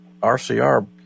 RCR